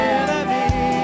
enemy